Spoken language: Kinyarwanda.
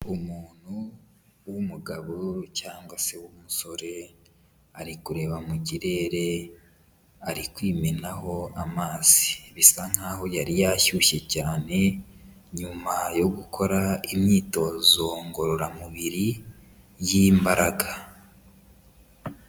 Umuntu w'umugabo cyangwa se w'umusore, ari kureba mu kirere, ari kwimenaho amazi. Bisa nkaho yari yashyushye cyane, nyuma yo gukora imyitozo ngororamubiri y'imbaraga.